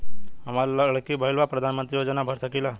हमार लड़की भईल बा प्रधानमंत्री योजना भर सकीला?